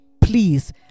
please